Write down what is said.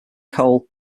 coal